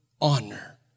honor